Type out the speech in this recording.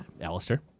Alistair